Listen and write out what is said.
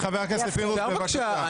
חבר הכנסת פינדרוס, בבקשה.